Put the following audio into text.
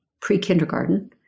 pre-kindergarten